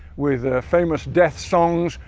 with famous death songs,